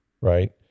right